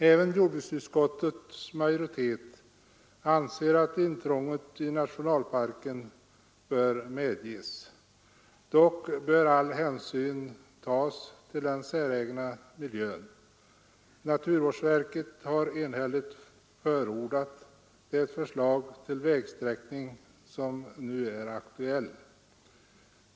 Även jordbruksutskottets majoritet anser att intrång i nationalparken bör medges. Dock bör all hänsyn tas till den säregna miljön. Naturvårdsverket har enhälligt förordat det förslag till vägsträckning som nu är aktuellt.